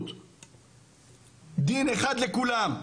דין אחד לכולם.